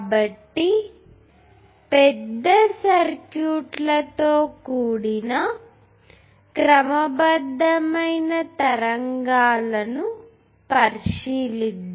కాబట్టి పెద్ద సర్క్యూట్ లతో కూడిన క్రమబద్ధమైన తరంగాలను పరిశీలిస్తాము